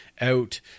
out